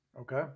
Okay